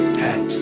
hey